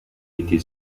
été